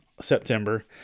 September